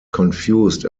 confused